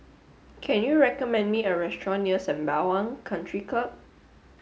can you recommend me a restaurant near Sembawang Country Club